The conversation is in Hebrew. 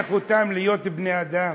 נחנך אותם להיות בני-אדם.